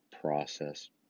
process